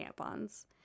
tampons